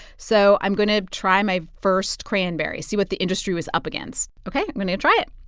so i'm going to try my first cranberry, see what the industry was up against. ok. i'm going to try it